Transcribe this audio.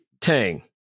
Tang